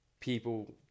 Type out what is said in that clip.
people